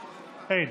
אין.